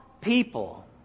people